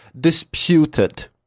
disputed